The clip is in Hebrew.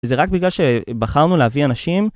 זה רק בגלל שבחרנו להביא אנשים.